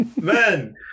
Man